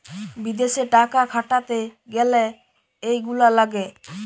বিদেশে টাকা খাটাতে গ্যালে এইগুলা লাগে